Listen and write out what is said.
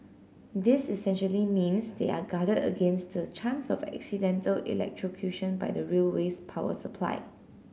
this essentially means they are guarded against the chance of accidental electrocution by the railway's power supply